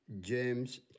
James